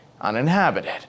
uninhabited